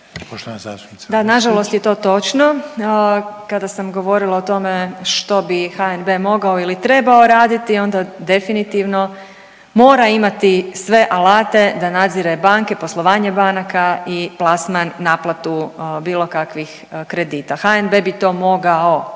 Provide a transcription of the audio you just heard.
Da, nažalost je to točno. Kada sam govorila o tome što bi HNB mogao ili trebao raditi onda definitivno mora imati sve alate da nadzire banke, poslovanje banaka i plasman, naplatu bilo kakvih kredita. HNB bi to mogao